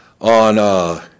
on